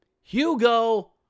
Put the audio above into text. Hugo